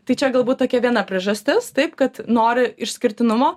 tai čia galbūt tokia viena priežastis taip kad nori išskirtinumo